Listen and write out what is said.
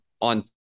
on